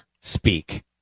speak